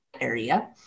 area